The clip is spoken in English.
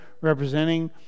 representing